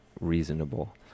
reasonable